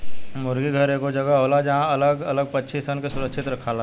मुर्गी घर एगो जगह होला जहां अलग अलग पक्षी सन के सुरक्षित रखाला